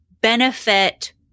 benefit